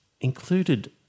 included